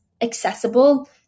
accessible